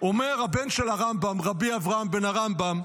אומר הבן של הרמב"ם, רבי אברהם בן הרמב"ם,